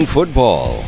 Football